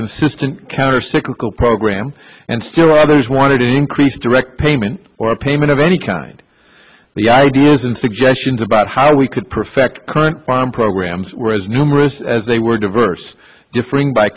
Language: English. consistent countercyclical program and still others wanted to increase direct payment or a payment of any kind the ideas and suggestions about how we could perfect current farm programs were as numerous as they were diverse differing by